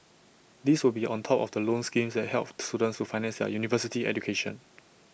these will be on top of the loan schemes that help students to finance their university education